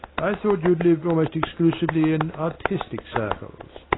i thought you had lived almost exclusively in artistic circles.